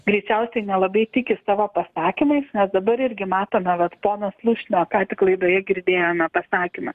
greičiausiai nelabai tiki savo pasakymais nes dabar irgi matome vat pono slušnio ką tik laidoje girdėjome pasakymą